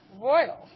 Royal